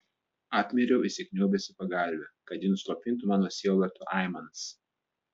apmiriau įsikniaubęs į pagalvę kad ji nuslopintų mano sielvarto aimanas